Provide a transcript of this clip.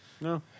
No